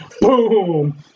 Boom